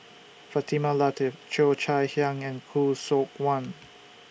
Fatimah Lateef Cheo Chai Hiang and Khoo Seok Wan